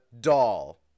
doll